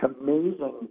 amazing